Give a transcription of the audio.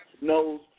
knows